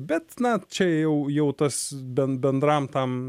bet na čia jau jau tas ben bendram tam